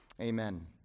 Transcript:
amen